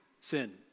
sin